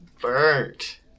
burnt